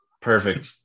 perfect